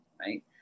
right